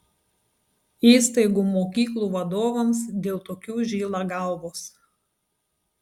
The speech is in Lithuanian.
įstaigų mokyklų vadovams dėl tokių žyla galvos